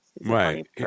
Right